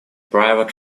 private